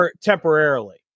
temporarily